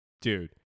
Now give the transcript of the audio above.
Dude